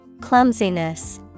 Clumsiness